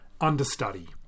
Understudy